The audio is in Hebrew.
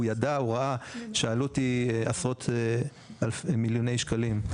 הוא ידע שהעלות היא עשרות מיליוני שקלים.